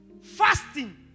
Fasting